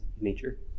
nature